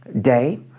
day